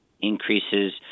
increases